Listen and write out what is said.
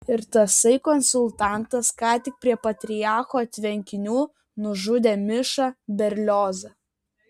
ir tasai konsultantas ką tik prie patriarcho tvenkinių nužudė mišą berliozą